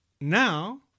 now